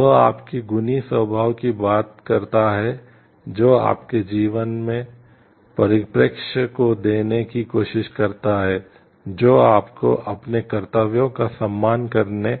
वह आपके गुणी स्वभाव की बात करता है जो आपके जीवन के परिप्रेक्ष्य को देने की कोशिश करता है जो आपको अपने कर्तव्यों का सम्मान करने